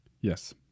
Yes